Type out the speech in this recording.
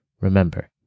Remember